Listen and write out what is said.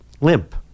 limp